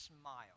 smile